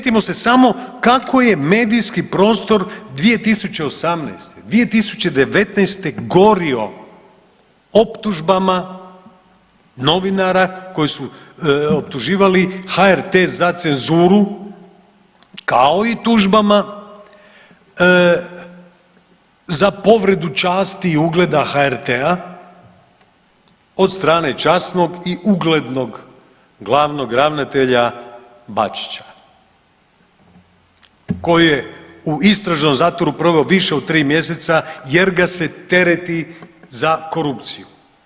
Sjetimo se samo kako je medijski prostor 2018., 2019. gorio optužbama novinara koji su optuživali HRT za cenzuru kao i tužbama za povredu časti i ugleda HRT-a od strane časnog i uglednog glavnog ravnatelja Bačića koji je u istražnom zatvoru proveo više od 3 mjeseca jer ga se tereti za korupciju.